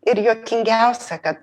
ir juokingiausia kad